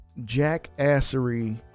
Jackassery